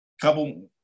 Couple